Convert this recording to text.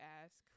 ask